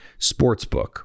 sportsbook